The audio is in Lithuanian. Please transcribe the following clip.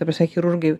ta prasme chirurgai